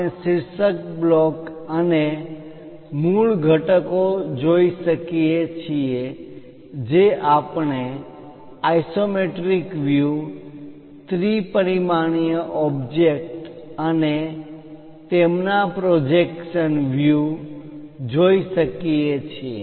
આપણે શીર્ષક બ્લોક અને મૂળ ઘટકો જોઈ શકીએ છીએ જે આપણે આઈસોમેટ્રિક વ્યુ દ્રશ્યો ત્રિ પરિમાણીય ઓબ્જેક્ટ અને તેમના પ્રોજેકશન વ્યુ દ્રશ્યો જોઈ શકીએ છીએ